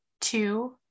two